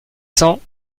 cents